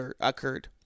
occurred